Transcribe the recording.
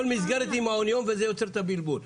כל מסגרת היא מעון יום וזה יוצר את הבלבול.